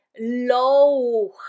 low